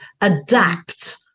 adapt